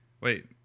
Wait